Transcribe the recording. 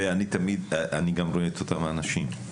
אני גם רואה את אותם האנשים.